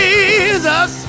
Jesus